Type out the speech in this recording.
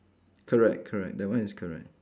correct correct that one is correct